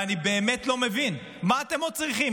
אני באמת לא מבין, מה עוד אתם צריכים?